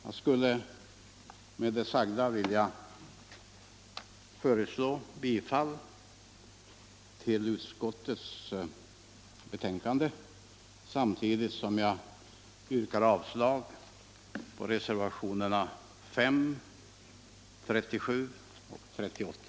Jag skulle med det sagda vilja föreslå bifall till utskottets hemställan samtidigt som jag yrkar avslag på reservationerna 5, 37 och 38.